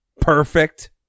Perfect